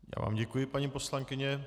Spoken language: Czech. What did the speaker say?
Já vám děkuji, paní poslankyně.